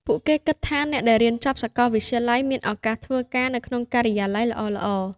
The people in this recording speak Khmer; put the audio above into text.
ពួកគេគិតថាអ្នកដែលរៀនចប់សាកលវិទ្យាល័យមានឱកាសធ្វើការនៅក្នុងការិយាល័យល្អៗ។